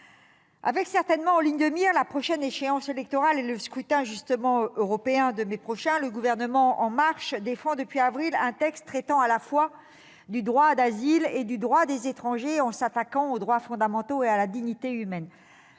Avec- certainement -en ligne de mire l'échéance électorale à venir et- justement -le scrutin européen de mai prochain, le Gouvernement et sa majorité En Marche défendent depuis avril un texte traitant à la fois du droit d'asile et du droit des étrangers, en s'attaquant aux droits fondamentaux et à la dignité humaine.